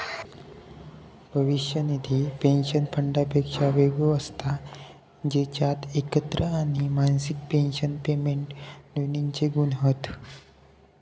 भविष्य निधी पेंशन फंडापेक्षा वेगळो असता जेच्यात एकत्र आणि मासिक पेंशन पेमेंट दोन्हिंचे गुण हत